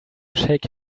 shake